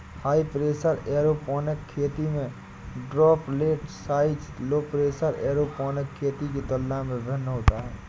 high pressure aeroponic खेती में droplet size low pressure aeroponic खेती के तुलना में भिन्न होता है